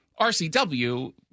RCW